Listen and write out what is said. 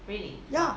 ya